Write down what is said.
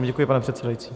Děkuji, pane předsedající.